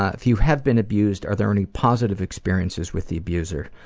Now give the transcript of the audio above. ah if you have been abused, are there any positive experiences with the abuser?